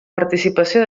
participació